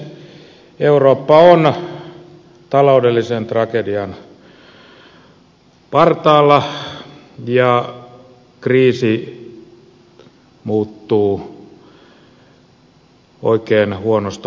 eurooppa on taloudellisen tragedian partaalla ja kriisi muuttuu oikein huonosta huonommaksi